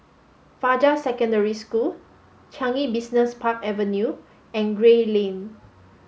Fajar Secondary School Changi Business Park Avenue and Gray Lane